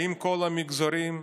אם בכל המגזרים,